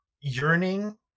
yearning